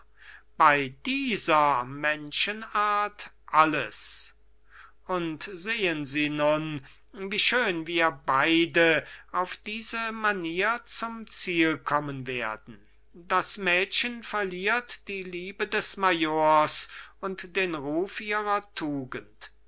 bei dieser menschenart alles und sehen sie nun wie schön wir beide auf diese manier zum ziele kommen werden das mädchen verliert die liebe des majors und den ruf ihrer tugend